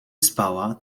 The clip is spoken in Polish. spała